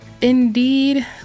Indeed